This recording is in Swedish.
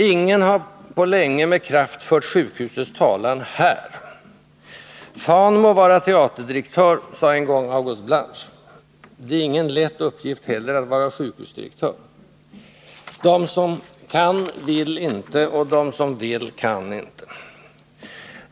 Ingen har på länge med kraft fört sjukhusets talan här. ”Fan må vara teaterdirektör”, sade en gång August Blanche. Det är ingen lätt uppgift heller att vara sjukhusdirektör. De som kan vill inte, och de som vill kan inte.